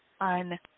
on